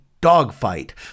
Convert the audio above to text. dogfight